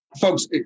folks